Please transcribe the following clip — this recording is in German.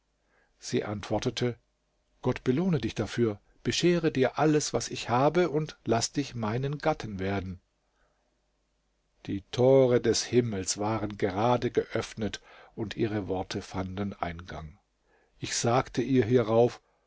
sie antwortete gott belohne dich dafür beschere dir alles was ich habe und laß dich meinen gatten werden die tore des himmels waren gerade geöffnet und ihre worte fanden eingang ich sagte ihr hierauf